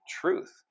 truth